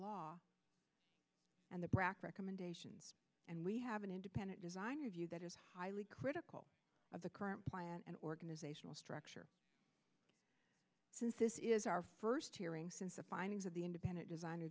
law and the brac recommendation and we have an independent design review that is highly critical of the current plan and organizational structure since this is our first hearing since the findings of the independent designer